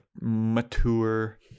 mature